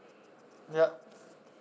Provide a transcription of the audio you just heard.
yup